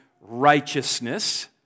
righteousness